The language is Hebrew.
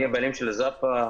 אני הבעלים של זאפה,